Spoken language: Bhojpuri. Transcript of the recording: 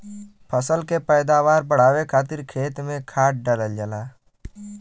फसल के पैदावार बढ़ावे खातिर खेत में खाद डालल जाला